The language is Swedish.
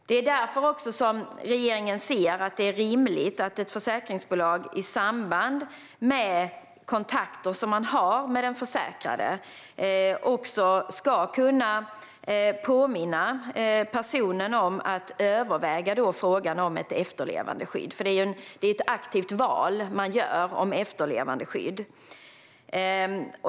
Det är därför regeringen ser att det är rimligt att ett försäkringsbolag i samband med kontakter som man har med den försäkrade också ska kunna påminna personen om att överväga frågan om ett efterlevandeskydd. Efterlevandeskyddet är ju ett aktivt val man gör.